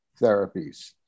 therapies